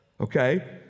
Okay